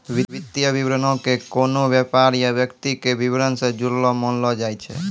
वित्तीय विवरणो के कोनो व्यापार या व्यक्ति के विबरण से जुड़लो मानलो जाय छै